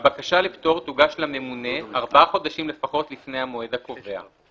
הבקשה לפטור תוגש לממונה ארבעה חודשים לפחות לפני המועד הקובע,